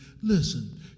listen